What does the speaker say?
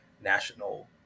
national